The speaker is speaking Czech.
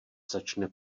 začne